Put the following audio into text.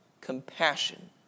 compassion